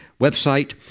website